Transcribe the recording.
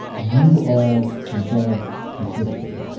you are above the system.